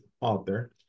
author